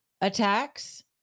attacks